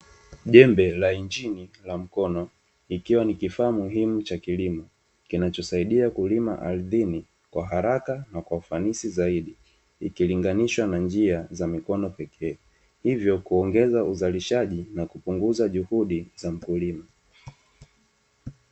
Jembe la injini la mkono ikiwa ni kifaa muhimu cha kilimo kinachosaidia kulima ardhini kwa haraka na kwa ufanisi zaidi ikilinganishwa na njia za mikono pekee. Hivyo kuongeza uzalishaji na kupunguza juhudi za mkulima.